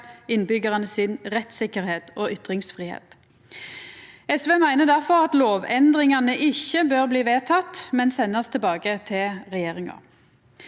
innbyggjarane si rettssikkerheit og ytringsfridom. SV meiner difor at lovendringane ikkje bør bli vedtekne, men bør sendast tilbake til regjeringa.